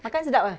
makan sedap eh